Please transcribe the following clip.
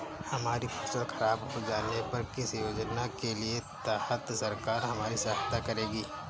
हमारी फसल खराब हो जाने पर किस योजना के तहत सरकार हमारी सहायता करेगी?